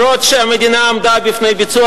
אף-על-פי שהמדינה עמדה בפני ביצוע